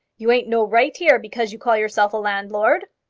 you ain't no right here because you call yourself landlord.